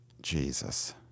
Jesus